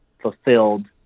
Fulfilled